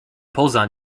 poza